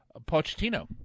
Pochettino